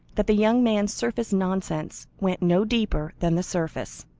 that the young man's surface nonsense went no deeper than the surface,